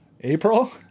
April